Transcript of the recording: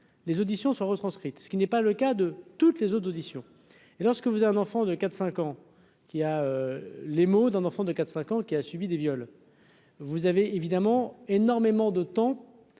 les auditions seront retranscrites ce qui n'est pas le cas de toutes les autres auditions et lorsque vous avez un enfant de 4 5 ans qui a les mots d'un enfant de 4 5 ans qui a subi des viols. Vous avez évidemment énormément de temps,